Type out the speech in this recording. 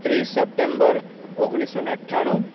ત્રીસ સપ્ટેમ્બર ઓગણીસોને અઠ્ઠાણું